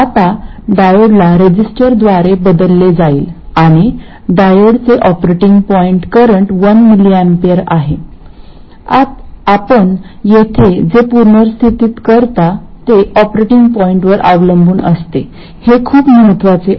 आता डायोडला रेझिस्टरद्वारे बदलले जाईल आणि डायोडचे ऑपरेटिंग पॉईंट करंट 1mA आहे आपण येथे जे पुनर्स्थित करता ते ऑपरेटिंग पॉईंटवर अवलंबून असते हे खूप महत्वाचे आहे